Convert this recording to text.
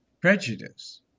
prejudice